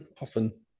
often